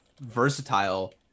versatile